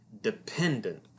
dependent